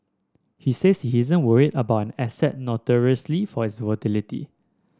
he says he isn't worried about an asset notoriously for its volatility